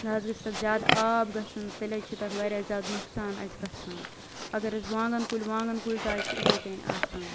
نہ حظ گَژھِ تتھ زیاد آب گَژھُن تیٚلہِ حظ چھُ تتھ واریاہ نۄقصان اَسہِ گَژھان اگر حظ وانٛگَن کُلۍ وانٛگَن کُلۍ تہ حظ چھِ اِتھے کنۍ آسان